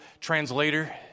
translator